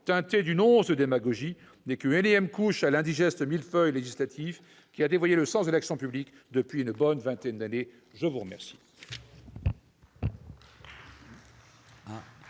teinté d'une once de démagogie, n'est qu'une énième couche à l'indigeste millefeuille législatif qui a dévoyé le sens de l'action publique depuis une bonne vingtaine d'années. La parole